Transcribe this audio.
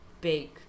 big